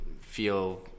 feel